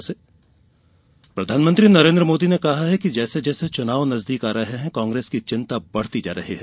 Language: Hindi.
मोदी प्रधानमंत्री नरेन्द्र मोदी ने कहा कि जैसे जैसे चुनाव नजदीक आ रहे हैं कांग्रेस की चिंता बढ़ती जा रही है